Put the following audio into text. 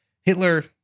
Hitler